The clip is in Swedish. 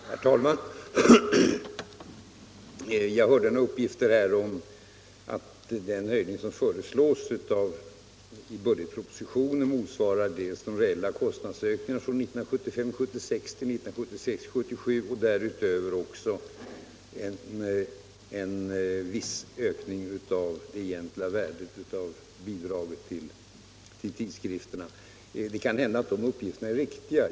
Herr talman! Jag hörde några uppgifter under debatten om att den höjning som föreslås i budgetpropositionen motsvarar de reella kostnadsökningarna mellan 1975 77 och därutöver också en viss ökning av det egentliga värdet av bidraget till tidskrifterna. Det kan hända att de uppgifterna är riktiga.